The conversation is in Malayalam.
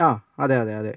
ആ അതെയതെ അതെ